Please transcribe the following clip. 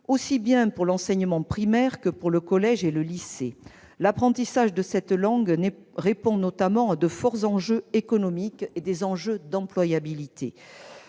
aussi bien pour l'enseignement primaire que pour le collège et le lycée. L'apprentissage de cette langue répond notamment à de forts enjeux économiques et d'employabilité.